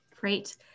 Great